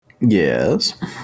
Yes